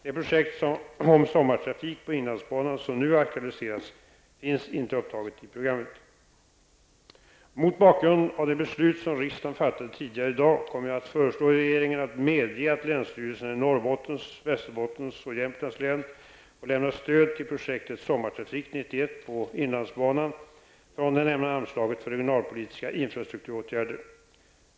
Det projekt om sommartrafik på inlandsbanan som nu har aktualiserats finns inte upptaget i programmet. Mot bakgrund av det beslut som riksdagen fattade tidigare i dag kommer jag att föreslå regeringen att medge att länsstyrelserna i Norrbottens, Västerbottens och Jämtlands län får lämna stöd till projektet Sommartrafik 91 på inlandsbanan från det nämnda anslaget för regionalpolitiska infrastrukturåtgärder.